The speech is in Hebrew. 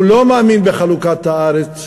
הוא לא מאמין בחלוקת הארץ.